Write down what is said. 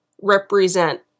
represent